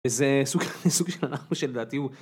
איזה סוג שאנחנו שלדעתי הוא